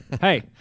Hey